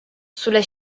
sulla